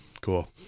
cool